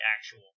actual